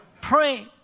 Pray